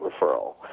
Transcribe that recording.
referral